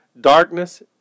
darkness